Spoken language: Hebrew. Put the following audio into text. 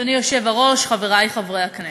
אדוני היושב-ראש, חברי חברי הכנסת,